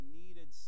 needed